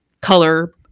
color